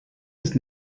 ist